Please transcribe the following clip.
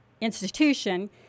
institution